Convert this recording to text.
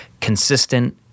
consistent